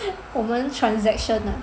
我们 transaction ah